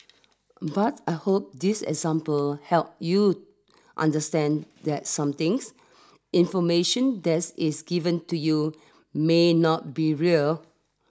but I hope this example help you understand that somethings information desk is given to you may not be real